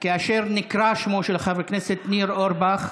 כאשר נקרא שמו של חבר הכנסת ניר אורבך,